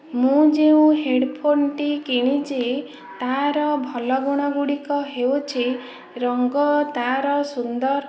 ମୁଁ ଯେଉଁ ହେଡ଼୍ଫୋନଟି କିଣିଛି ତାର ଭଲ ଗୁଣ ଗୁଡ଼ିକ ହେଉଛି ରଙ୍ଗ ତାର ସୁନ୍ଦର